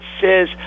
says